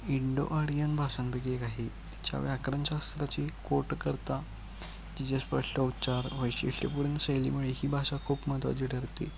Indo Aryan भाषांपैकी एक आहे तिच्या व्याकरणशास्त्राची कोट करता तिच्या स्पष्ट उच्चार वैशिष्ट्यपूर्ण शैलीमुळे ही भाषा खूप महत्त्वाची ठरते